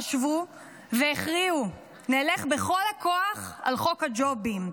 חשבו והכריעו: נלך בכל הכוח על חוק הג'ובים,